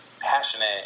passionate